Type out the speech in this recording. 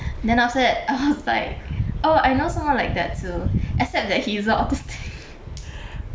then after that I was like oh I know someone like that too except that he isn't austistic